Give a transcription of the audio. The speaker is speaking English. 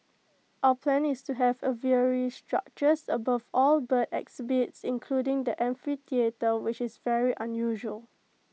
our plan is to have aviary structures above all the bird exhibits including the amphitheatre which is very unusual